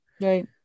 right